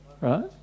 Right